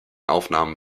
aufnahmen